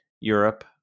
Europe